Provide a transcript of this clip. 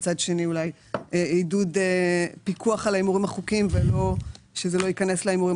מצד שני אולי פיקוח על ההימורים החוקיים ושזה לא ייכנס להימורים